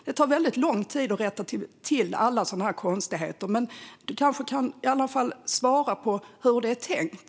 Det tar väldigt lång tid att rätta till alla sådana här konstigheter, men Niklas Wykman kanske i alla fall kan svara på hur det är tänkt.